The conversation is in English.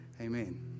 Amen